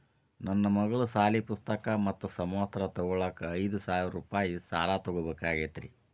ನನ್ನ ಮಗಳ ಸಾಲಿ ಪುಸ್ತಕ್ ಮತ್ತ ಸಮವಸ್ತ್ರ ತೊಗೋಳಾಕ್ ಐದು ಸಾವಿರ ರೂಪಾಯಿ ಸಾಲ ಬೇಕಾಗೈತ್ರಿ